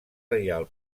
reial